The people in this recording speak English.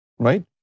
Right